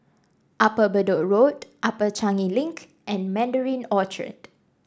Upper Bedok Road Upper Changi Link and Mandarin Orchard